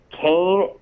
Kane